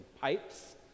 pipes